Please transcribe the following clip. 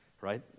right